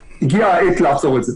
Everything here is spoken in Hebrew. הגיעה העת לעצור את זה.